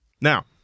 Now